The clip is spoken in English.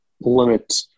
limit